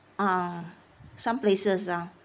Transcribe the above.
ah some places ah